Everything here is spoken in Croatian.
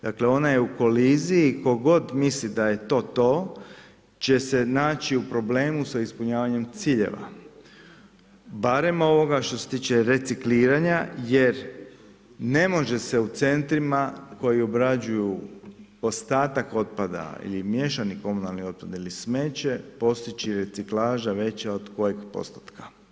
Dakle, ona je u koliziji i tko god misli da je to to, će se naći u problemu sa ispunjavanjem ciljeva, barem ovoga što se tiče recikliranja, jer ne može se u centrima, koji obrađuju ostatak otpada ili mještani komunalni otpad ili smeće postići reciklaža veća od kojeg postotka?